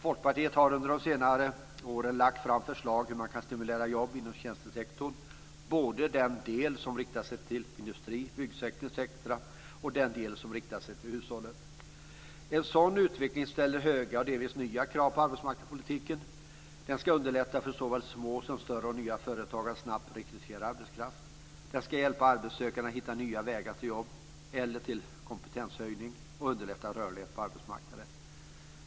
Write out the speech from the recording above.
Folkpartiet har under de senare åren lagt fram förslag till hur man kan stimulera jobb inom tjänstesektorn, både den del som riktar sig till industri, byggsektor etc. och den del som riktar sig till hushållen. En sådan utveckling ställer höga och delvis nya krav på arbetsmarknadspolitiken. Den ska underlätta för såväl små som större och nya företag att snabbt rekrytera arbetskraft. Den ska hjälpa arbetssökande att hitta nya vägar till jobb eller till kompetenshöjning och underlätta rörlighet på arbetsmarknaden.